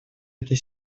этой